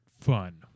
fun